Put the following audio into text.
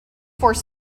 force